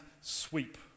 sweep